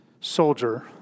soldier